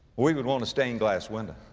we would want a stained glass window.